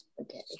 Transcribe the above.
okay